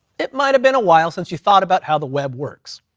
it might've been a while since you thought about how the web works.